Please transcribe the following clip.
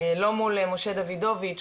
לא מול משה דוידוביץ',